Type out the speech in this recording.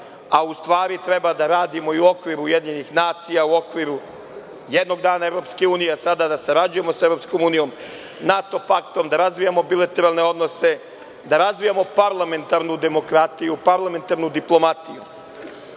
a u stvari treba da radimo i u okviru UN, u okviru jednog dana EU, a sada sarađujemo sa EU, NATO paktom, da razvijamo bilateralne odnose, da razvijamo parlamentarnu demokratiju, parlamentarnu diplomatiju.